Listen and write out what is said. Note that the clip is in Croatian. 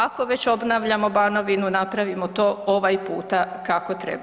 Ako već obnavljamo Banovinu napravimo to ovaj puta kako treba.